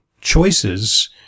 choices